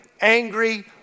angry